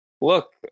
look